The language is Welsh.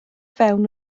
fewn